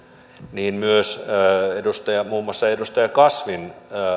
myös muun muassa edustaja kasvin